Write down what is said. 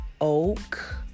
Oak